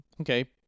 okay